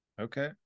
Okay